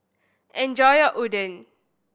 enjoy your Oden